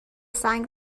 سنگ